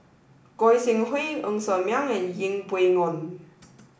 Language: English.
Goi Seng Hui Ng Ser Miang and Yeng Pway Ngon